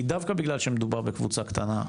כי דווקא בגלל שמדובר בקבוצה קטנה,